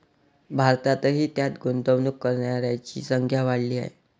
भारतातही त्यात गुंतवणूक करणाऱ्यांची संख्या वाढली आहे